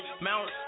Mount